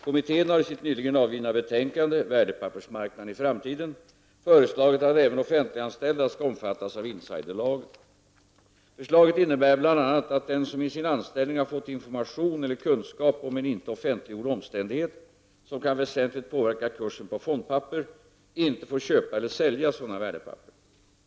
Kommittén har i sitt nyligen avgivna betänkande, Värdepappersmarknaden i framtiden , föreslagit att även offentliganställda skall omfattas av insiderlagen. Förslaget innebär bl.a. att den som i sin anställning har fått information eller kunskap om en inte offentliggjord omständighet som kan väsentligt påverka kursen på fondpapper inte får köpa eller sälja sådana värdepapper.